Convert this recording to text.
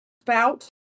spout